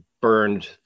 burned